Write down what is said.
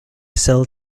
cell